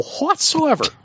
whatsoever